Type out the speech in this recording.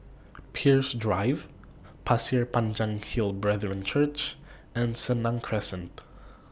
Peirce Drive Pasir Panjang Hill Brethren Church and Senang Crescent